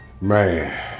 Man